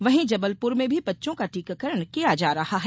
वहीं जबलपुर में भी बच्चों का टीकाकरण किया जा रहा है